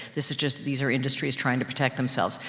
this is just, these are industries trying to protect themselves.